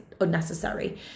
unnecessary